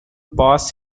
pass